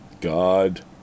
God